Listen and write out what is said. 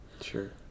Sure